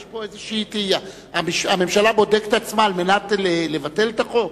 יש פה איזו תהייה: הממשלה בודקת את עצמה כדי לבטל את החוק?